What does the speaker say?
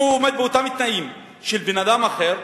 אם הוא עומד באותם תנאים של בן-אדם אחר,